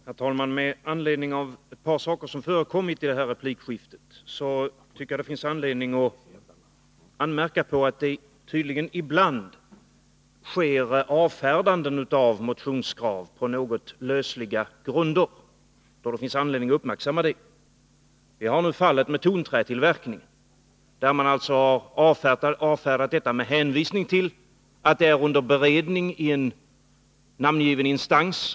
Herr talman! Med anledning av ett par saker som har förekommit i detta replikskifte finns det skäl att anmärka på att det ibland tydligen sker avfärdanden av motionskrav på något lösliga grunder. Det finns anledning att uppmärksamma det. Vi har fallet med tonträtillverkning. Vårt krav har avfärdats med hänvisning till att frågan är under beredning i namngiven instans.